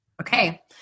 Okay